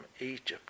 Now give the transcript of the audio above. Egypt